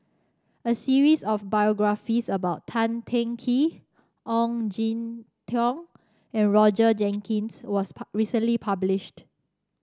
a series of biographies about Tan Teng Kee Ong Jin Teong and Roger Jenkins was recently published